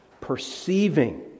Perceiving